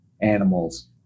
animals